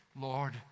Lord